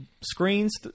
screens